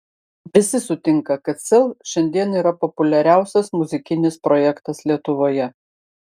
visi sutinka kad sel šiandien yra populiariausias muzikinis projektas lietuvoje